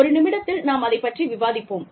ஒரு நிமிடத்தில் நாம் அதைப் பற்றி விவாதிப்போம்